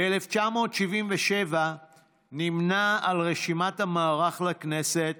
ב-1977 נמנה עם רשימת המערך לכנסת